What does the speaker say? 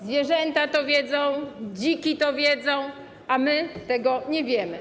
Zwierzęta to wiedzą, dziki to wiedzą, a my tego nie wiemy.